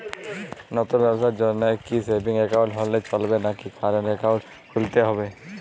নতুন ব্যবসার জন্যে কি সেভিংস একাউন্ট হলে চলবে নাকি কারেন্ট একাউন্ট খুলতে হবে?